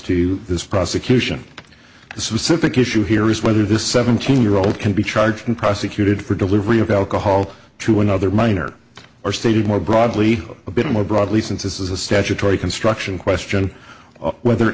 to this prosecution the specific issue here is whether this seventeen year old can be charged and prosecuted for delivery of alcohol to another minor or stated more broadly a bit more broadly since this is a statutory construction question of whether